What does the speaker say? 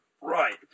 right